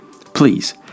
Please